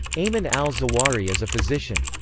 ayman al-zawahiri is a physician.